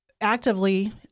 actively